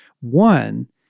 One